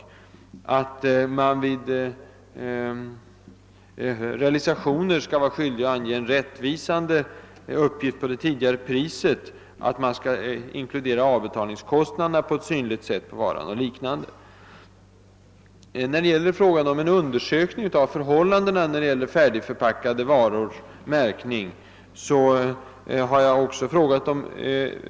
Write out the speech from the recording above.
Vidare att man vid realisationer skall vara skyldig att ange en rättvisande uppgift om det tidigare priset och att man skall ange eventuella avbetalningskostnader på ett synligt sätt på varan. Jag har också frågat om regeringen vill medverka till att göra en undersökning av förhållandena, när det gäller färdigförpackade varors märkning.